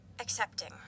accepting